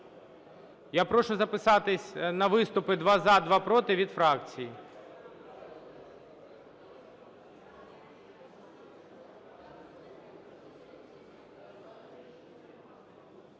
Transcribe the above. Я прошу записатись на виступи два – за, два – проти, від фракцій.